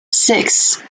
six